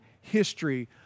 history